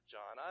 John